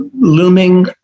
looming